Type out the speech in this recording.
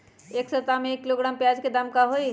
एक सप्ताह में एक किलोग्राम प्याज के दाम का होई?